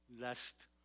lest